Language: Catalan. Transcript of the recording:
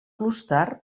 clúster